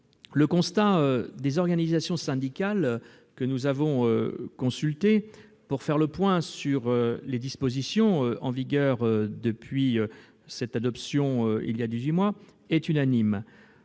Le constat des organisations syndicales, que nous avons consultées pour faire le point sur les dispositions en vigueur depuis leur adoption il y a dix-huit mois, est unanime.